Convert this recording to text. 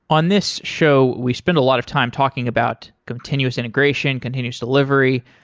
on this show, we spent a lot of time talking about continuous integration, continues delivery,